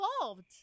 involved